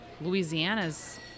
Louisiana's